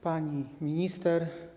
Pani Minister!